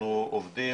אנחנו עובדים,